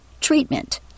Treatment